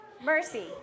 Mercy